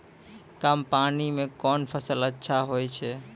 कम पानी म कोन फसल अच्छाहोय छै?